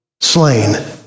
slain